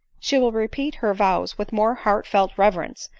she will repeat her vows with more heartfelt reverence,